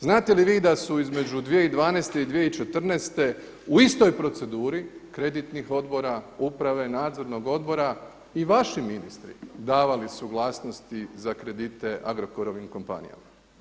Znate li vi da su između 2012. i 2014. u istoj proceduri kreditnih odbora, uprave, nadzornog odbora i vaši ministri davali suglasnosti za kredite Agrokorovim kompanijama?